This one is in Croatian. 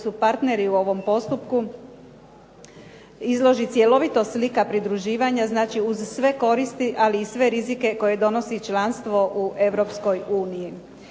koji su partneri u ovom postupku izloži cjelovito slika pridruživanja. Znači, uz sve koristi, ali i sve rizike koje donosi članstvo u